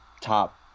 top –